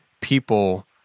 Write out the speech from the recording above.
people